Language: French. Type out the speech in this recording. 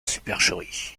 supercherie